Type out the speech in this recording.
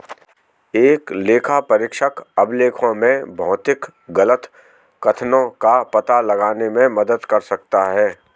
एक लेखापरीक्षक अभिलेखों में भौतिक गलत कथनों का पता लगाने में मदद कर सकता है